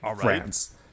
France